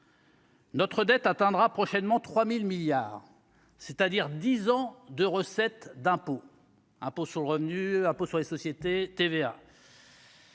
Notre dette atteindra prochainement 3000 milliards, c'est-à-dire 10 ans de recettes d'impôt, impôt sur le revenu un peu sur les sociétés, TVA.